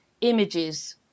images